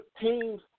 teams